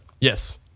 Yes